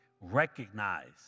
recognize